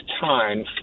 time